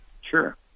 Sure